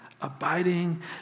Abiding